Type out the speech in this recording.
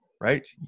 right